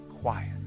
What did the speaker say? quiet